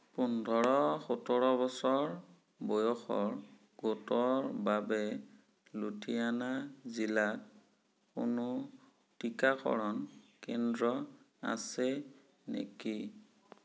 পোন্ধৰ সোতৰ বছৰ বয়সৰ গোটৰ বাবে লুধিয়ানা জিলাত কোনো টীকাকৰণ কেন্দ্ৰ আছে নেকি